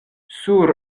sur